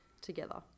together